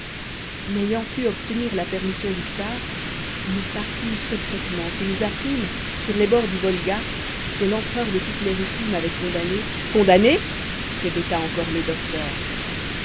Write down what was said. n'ayant pu obtenir la permission du czar nous partîmes secrètement et nous apprîmes sur les bords du wolga que l'empereur de toutes les russies m'avait condamnée condamnée répéta encore le docteur